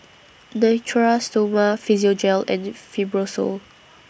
Natura Stoma Physiogel and Fibrosol